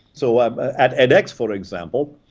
so um at edx, for example,